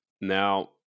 Now